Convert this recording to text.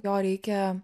jo reikia